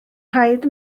rhaid